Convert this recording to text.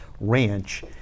ranch